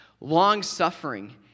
long-suffering